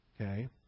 Okay